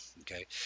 okay